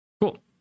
Cool